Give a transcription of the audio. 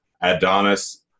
Adonis